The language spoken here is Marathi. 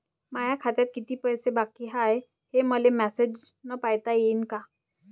माया खात्यात कितीक पैसे बाकी हाय, हे मले मॅसेजन पायता येईन का?